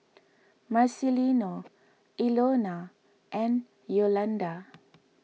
Marcelino Ilona and Yolanda